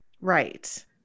Right